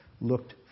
looked